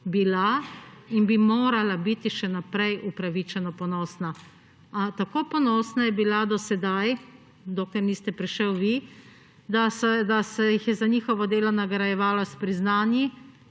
bila in bi morala biti še naprej upravičeno ponosna. A tako ponosna je bila do sedaj, dokler niste prišli vi, da se jih je za njihovo delo nagrajevalo s priznanji